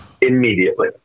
immediately